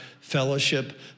Fellowship